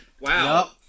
Wow